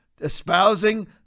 espousing